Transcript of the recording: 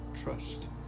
trust